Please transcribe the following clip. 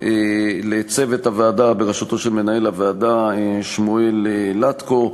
לצוות הפעולה בראשות מנהל הוועדה שמואל לטקו,